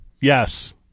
yes